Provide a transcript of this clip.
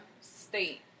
state